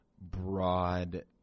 broad